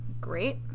Great